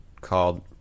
called